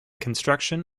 construction